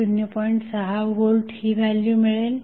6V ही value मिळेल